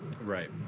Right